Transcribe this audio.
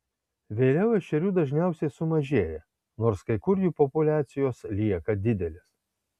vėliau ešerių dažniausiai sumažėja nors kai kur jų populiacijos lieka didelės